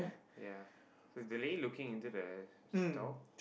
ya so the lady looking into the store